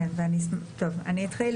כמו שאמרנו,